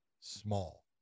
small